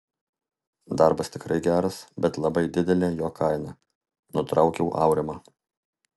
darbas tikrai geras bet labai didelė jo kaina nutraukiau aurimą